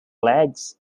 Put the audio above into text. legs